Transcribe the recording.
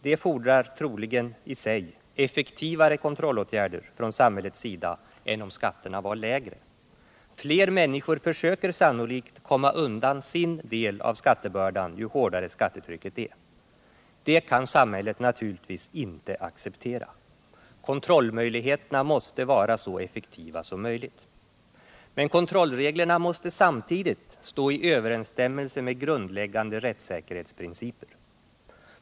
Det fordrar troligen i sig effektivare kontrollåtgärder från samhället än om skatterna vore lägre. Fler människor försöker sannolikt komma undan sin del av skattebördan, ju hårdare skattetrycket är. Det kan samhället naturligtvis inte acceptera. Kontrollen måste vara så effektiv som möjligt. Men kontrollreglerna måste samtidigt stå i överensstämmelse med grundläggande rättssäkerhetsprinciper.